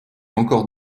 encore